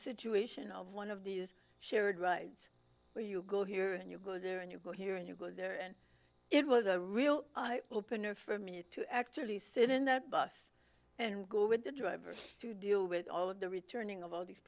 situation of one of these shared rides where you go here and you go there and you go here and you go there and it was a real eye opener for me to actually sit in that bus and drive to deal with all of the returning of all these